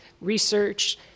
research